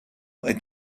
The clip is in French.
est